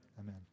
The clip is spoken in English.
Amen